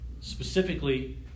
Specifically